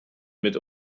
mit